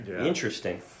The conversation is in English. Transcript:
Interesting